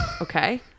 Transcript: okay